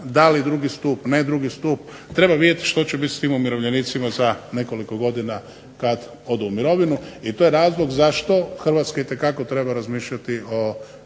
da li drugi stup, ne drugi stup. Treba vidjeti što će biti s tim umirovljenicima za nekoliko godina kad odu u mirovinu. I to je razlog zašto Hrvatska itekako treba razmišljati o